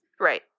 right